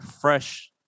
fresh